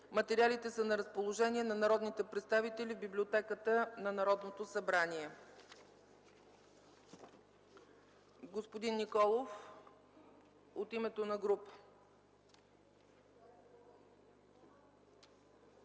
Материалите са на разположение на народните представители в Библиотеката на Народното събрание. Господин Николов, заповядайте